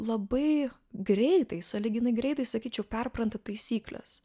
labai greitai sąlyginai greitai sakyčiau perpranta taisykles